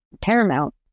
Paramount